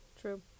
True